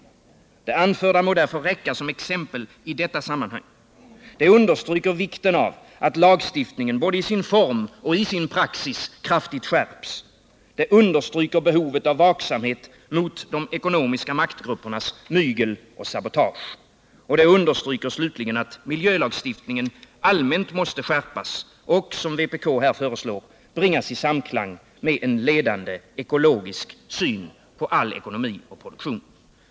Det anförda må därför räcka som exempel i detta sammanhang. Det understryker vikten av att lagstiftningen både i sin form och i sin praxis kraftigt skärps. Det understryker behovet av vaksamhet mot de ekonomiska maktgruppernas mygel och sabotage. Det understryker slutligen att miljölagstiftningen allmänt måste skärpas och — som vpk här föreslår — bringas i samklang med en ledande ekologisk syn på all ekonomi och produktion.